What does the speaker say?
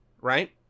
right